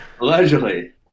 Allegedly